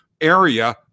area